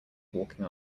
walking